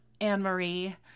Anne-Marie